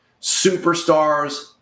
Superstars